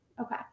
Okay